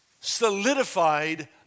solidified